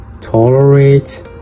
tolerate